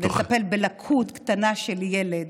כדי לטפל בלקות קטנה של ילד